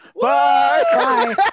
Bye